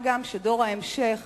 מה גם שדור ההמשך